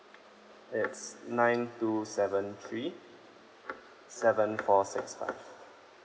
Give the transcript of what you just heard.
it's nine two seven three seven four six five